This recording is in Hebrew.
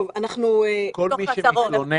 כל מי שמתלונן,